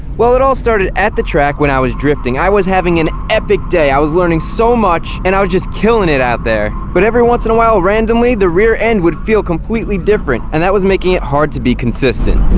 well, it all started at the track when i was drifting. i was having an epic day, i was learning so much, and i was just killing it out there! but every once in a while randomly, the rear end would feel completely different and that was making it hard to be consistent.